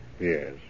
Yes